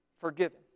forgiven